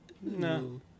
No